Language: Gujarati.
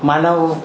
માનવ